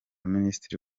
minisitiri